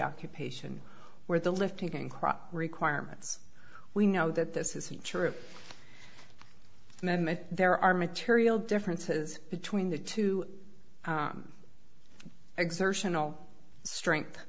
occupation where the lifting can crop requirements we know that this is true and there are material differences between the two exertional strength